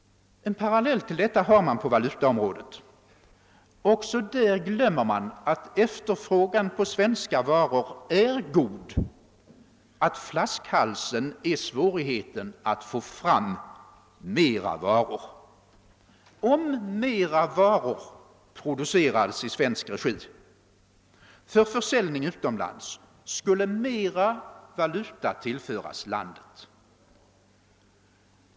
En parallell till detta finns på valutaområdet. Även där glömmer man att efterfrågan på svenska varor är god och att flaskhalsen är svårigheten att få fram mera varor. Om mera varor producerades i svensk regi för försäljning utomlands skulle mera valuta tillföras landet.